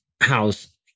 house